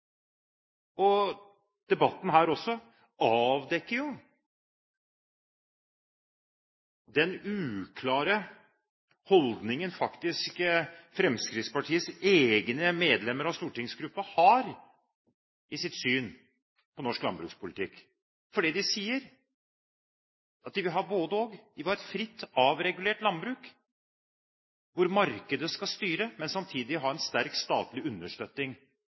én. Debatten her avdekker også den uklare holdningen Fremskrittspartiets egne medlemmer av stortingsgruppen har til norsk landbrukspolitikk, for det de sier, er at de vil ha både–og. De vil ha et fritt, avregulert landbruk hvor markedet skal styre, men samtidig en sterk statlig understøtting